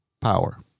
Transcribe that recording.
power